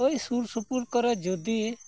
ᱳᱭ ᱥᱩᱨ ᱥᱩᱯᱩᱨ ᱠᱚᱨᱮ ᱡᱩᱫᱤ